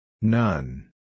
None